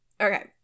Okay